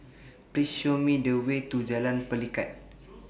Please Show Me The Way to Jalan Pelikat